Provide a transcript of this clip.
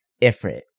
Ifrit